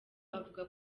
avuga